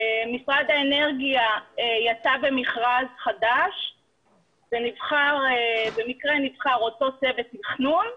משרד האנרגיה יצא במכרז חדש ובמקרה נבחר אותו צוות תכנון,